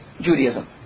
Judaism